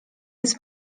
bez